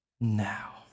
Now